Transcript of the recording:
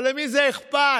אבל למי זה אכפת?